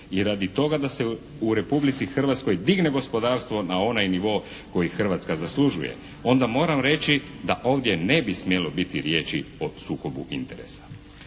i radi toga da se u Republici Hrvatskoj digne gospodarstvo na onaj nivo koji Hrvatska zaslužuje, onda moram reći da ovdje ne bi smjelo biti riječi o sukobu interesa.